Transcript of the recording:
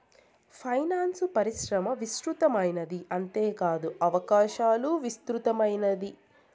finance పరిశ్రమ విస్తృతమైనది అంతేకాదు అవకాశాలు విస్తృతమైనది